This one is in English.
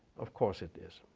of course it is.